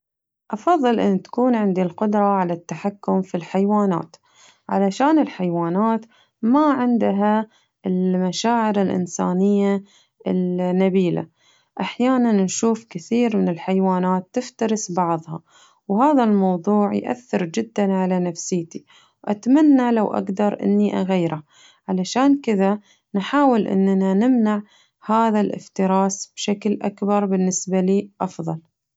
أفضل إن تكون عندي القدرة على التحكم فالحيوانات علشان الحيوانات ما عندها المشاعر الإنسانية النبيلة، أحياناً نشوف الكثير من الحيوانات تفترس بعضها وهذا الموضوع يأثر جداً على نفسيتي وأتمنى لو أقدر إني أغيره علشان كذة نحاول إننا نمنع هذا الافتراس بشكل أكبر بالنسبة لي أفضل.